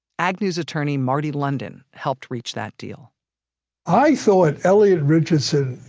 agnew's attorney marty london helped reach that deal i thought elliot richardson,